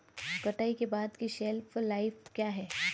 कटाई के बाद की शेल्फ लाइफ क्या है?